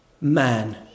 man